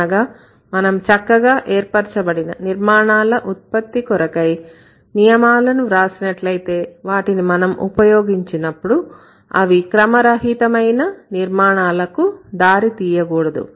అనగా మనం చక్కగా ఏర్పరచబడిన నిర్మాణాల ఉత్పత్తి కొరకై నియమాలను వ్రాసినట్లయితే వాటిని మనం ఉపయోగించినప్పుడు అవి క్రమరహితమైన నిర్మాణాలకు దారి తీయకూడదు